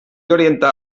orientar